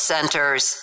Centers